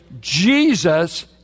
Jesus